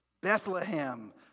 Bethlehem